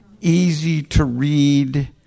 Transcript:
easy-to-read